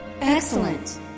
Excellent